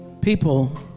People